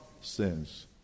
sins